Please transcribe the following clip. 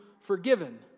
Forgiven